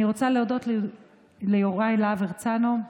אני רוצה להודות ליוראי להב הרצנו,